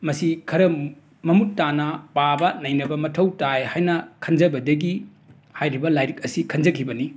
ꯃꯁꯤ ꯈꯔ ꯃꯃꯨꯠ ꯇꯥꯅ ꯄꯥꯕ ꯅꯩꯅꯕ ꯃꯊꯧ ꯇꯥꯏ ꯍꯥꯏꯅ ꯈꯟꯖꯕꯗꯒꯤ ꯍꯥꯏꯔꯤꯕ ꯂꯥꯏꯔꯤꯛ ꯑꯁꯤ ꯈꯟꯖꯈꯤꯕꯅꯤ